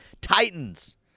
Titans